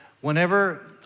whenever